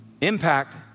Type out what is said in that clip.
impact